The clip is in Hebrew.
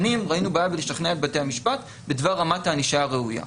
שנים ראינו בעיה בלשכנע את בתי המשפט בדבר רמת הענישה הראויה.